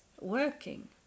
working